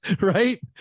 right